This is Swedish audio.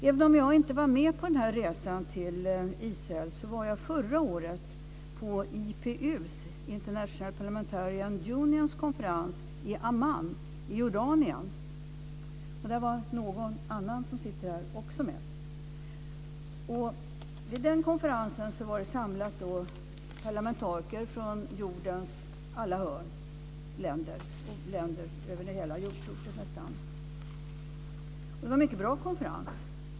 Även om jag inte var med på den här Israelresan var jag förra året på IPU:s - International Parlamentarian Union - konferens i Amman i Jordanien, och där var några andra av er som sitter här också med. Vid den konferensen fanns det samlat parlamentariker från nästan alla länder över hela jordklotet. Det var en mycket bra konferens.